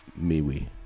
Mewe